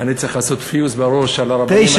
אני צריך לעשות פיוז בראש על הרבנים,